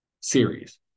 series